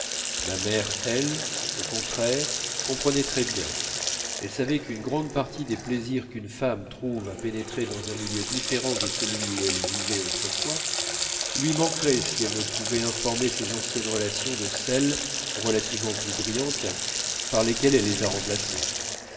ma mère elle au contraire comprenait très bien elle savait qu'une grande partie des plaisirs qu'une femme trouve à pénétrer dans un milieu différent de celui où elle vivait autrefois lui manquerait si elle ne pouvait informer ses anciennes relations de celles relativement plus brillantes par lesquelles elle les a remplacées